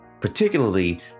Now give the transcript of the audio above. particularly